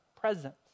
presence